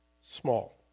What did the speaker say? small